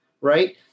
right